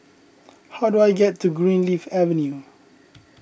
how do I get to Greenleaf Avenue